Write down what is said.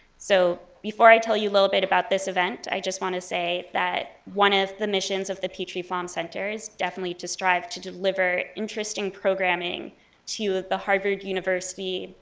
so before i tell you a little bit about this event, i just want to say that one of the missions of the petrie-flom center is definitely to strive to deliver interesting programming to the harvard university,